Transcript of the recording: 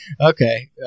Okay